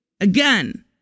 Again